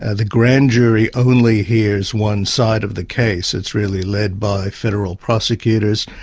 ah the grand jury only hears one side of the case. it's really led by federal prosecutors,